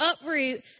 uproot